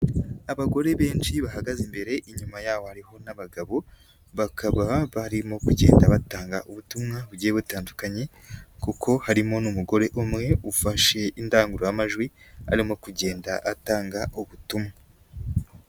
Abagore benshi bahagaze imbere, inyuma yabo hariho n'abagabo bakaba bari mu kugenda batanga ubutumwa bugiye butandukanye kuko harimo n'umugore umwe ufashe indangururamajwi arimo kugenda atanga ubutumwa.